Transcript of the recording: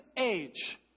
age